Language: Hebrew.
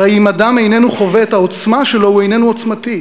הרי אם אדם איננו חווה את העוצמה שלו הוא איננו עוצמתי,